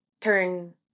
turn